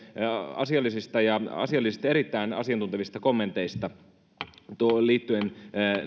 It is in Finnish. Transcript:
asiallisista ja erittäin asiantuntevista kommenteista liittyen